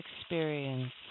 experience